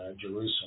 Jerusalem